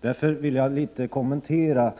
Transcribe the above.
Därför vill jag något kommentera